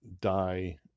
die